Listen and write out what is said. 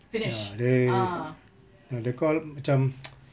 ya they ah they call macam